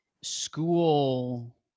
school